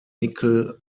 nickel